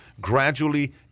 gradually